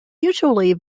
usually